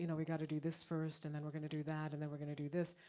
you know we gotta do this first and then we're gonna do that, and then we're gonna do this.